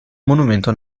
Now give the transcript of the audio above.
monumento